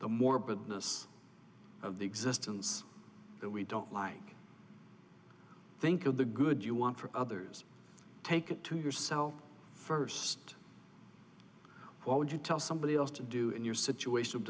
the morbidness of the existence that we don't like think of the good you want for others take it to yourself first what would you tell somebody else to do in your situation of